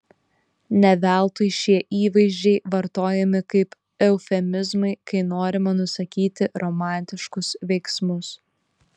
ne veltui šie įvaizdžiai vartojami kaip eufemizmai kai norima nusakyti romantiškus veiksmus